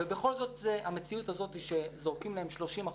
ובכל זאת המציאות שזורקים להם 30%,